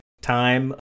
time